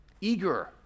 eager